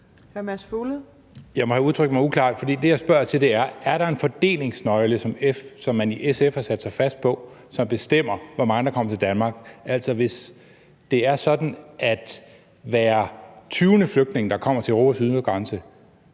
Mads Fuglede (V): Jeg må have udtrykt mig uklart, for det, jeg spørger til, er: Er der en fordelingsnøgle, som man i SF har lagt sig fast på, som bestemmer, hvor mange der kommer til Danmark? Altså, kan det være sådan, at hver 20. flygtning, der kommer til Europas ydre grænse,